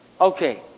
Okay